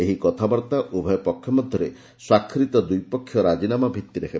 ଏହି କଥାବାର୍ତ୍ତା ଉଭୟ ପକ୍ଷ ମଧ୍ୟରେ ସ୍ୱାକ୍ଷରିତ ଦ୍ୱିପକ୍ଷିୟ ରାଜିନାମା ଭିଭିରେ ହେବ